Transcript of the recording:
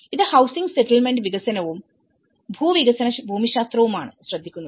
ഇത് housing settlement വികസനവും ഭൂവികസന ഭൂമിശാസ്ത്രവുമാണ് ശ്രദ്ധിക്കുന്നത്